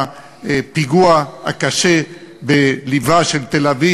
הפיגוע הקשה בלבה של תל-אביב,